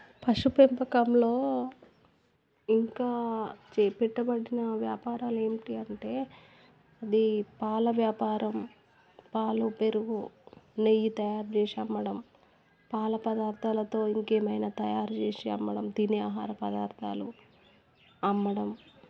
పశుపెంపకంలో ఇంకా చేపట్టబడిన వ్యాపారాలు ఏమిటి అంటే అది పాల వ్యాపారం పాలు పెరుగు నెయ్యి తయారుచేసి అమ్మడం పాల పదార్థాలతో ఇంకా ఏమైనా తయారుచేసి అమ్మడం తినే ఆహార పదార్థాలు అమ్మడం